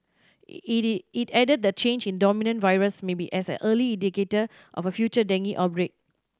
it added that the change in the dominant virus may be an early indicator of a future dengue outbreak